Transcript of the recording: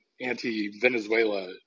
anti-Venezuela